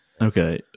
Okay